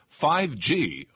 5G